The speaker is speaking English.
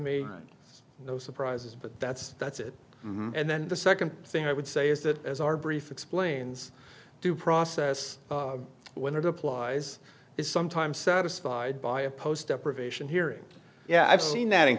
me no surprises but that's that's it and then the second thing i would say is that as our brief explains due process when it applies is sometimes satisfied by a post deprivation hearing yeah i've seen that in